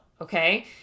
okay